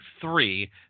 three